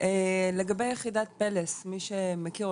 לגבי יחידת פלס מי שמכיר,